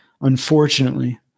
unfortunately